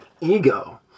ego